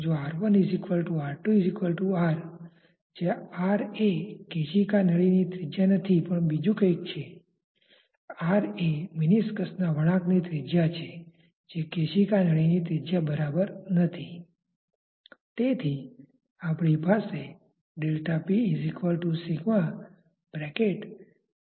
અને જ્યારે આપણી પાસે રેખીય વેગમાત્રા સંરક્ષણનુ સમીકરણ છે ત્યારે તેના માસ નું પણ સંરક્ષણ કરવું જોઈએ